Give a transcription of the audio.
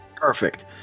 Perfect